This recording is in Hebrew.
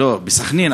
בסח'נין,